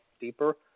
deeper